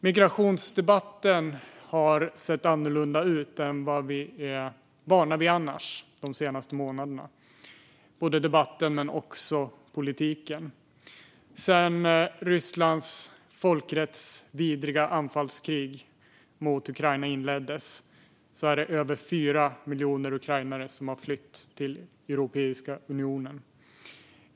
Migrationsdebatten och migrationspolitiken har de senaste månaderna sett annorlunda ut än vi är vana vid annars. Sedan Rysslands folkrättsvidriga anfallskrig mot Ukraina inleddes har över 4 miljoner ukrainare flytt till Europeiska unionen.